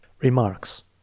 Remarks